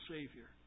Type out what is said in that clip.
Savior